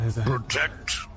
protect